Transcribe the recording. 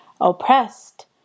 oppressed